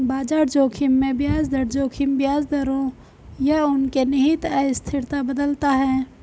बाजार जोखिम में ब्याज दर जोखिम ब्याज दरों या उनके निहित अस्थिरता बदलता है